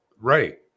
Right